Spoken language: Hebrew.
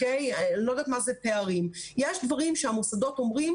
אני לא יודעת מה זה פערים אבל יש דברים שהמוסדות אומרים